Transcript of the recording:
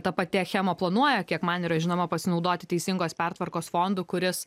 ta pati achema planuoja kiek man yra žinoma pasinaudoti teisingos pertvarkos fondu kuris